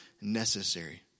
necessary